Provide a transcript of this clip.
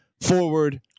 forward